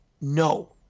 No